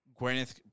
Gwyneth